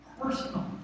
personal